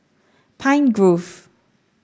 Pine Grove